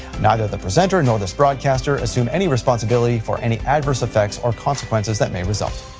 neither the presenter nor this broadcaster assume any responsibility for any adverse effects or consequences that may result,